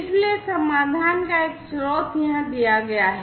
इसलिए समाधान का एक स्रोत यहां दिया गया है